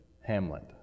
Hamlet